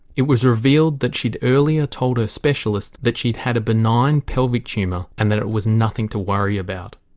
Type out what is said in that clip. it was revealed that she'd earlier told a specialist that she'd had a benign pelvic tumour and that it was nothing to worry about.